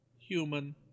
Human